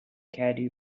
caddo